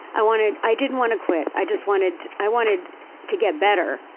i wanted, i didn't want to quit. i just wanted, i wanted to get better.